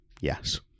yes